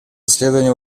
исследование